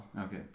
Okay